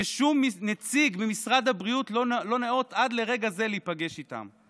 ששום נציג ממשרד הבריאות לא ניאות עד לרגע זה להיפגש איתם.